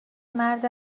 مرد